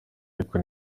ariko